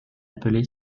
appelée